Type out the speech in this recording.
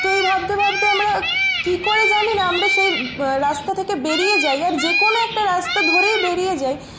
তো এই ভাবতে ভাবতে আমরা কী করে জানি না আমরা সেই রাস্তা থেকে বেরিয়ে যাই আর যে কোনো একটা রাস্তা ধরেই বেরিয়ে যাই